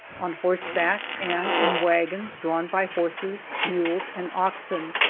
on horse back and in wagons drawn by horses, mules and oxen,